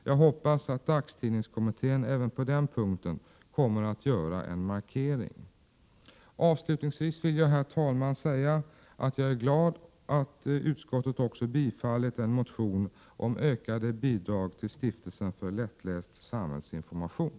Jag hoppas att dagstidningskommittén även på den punkten kommer att göra en markering. Herr talman! Avslutningsvis vill jag säga att jag är glad att utskottet biträtt en motion om ökade bidrag till Stiftelsen för lättläst samhällsinformation.